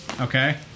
Okay